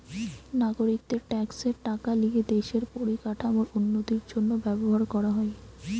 নাগরিকদের ট্যাক্সের টাকা লিয়ে দেশের পরিকাঠামোর উন্নতির জন্য ব্যবহার করা হয়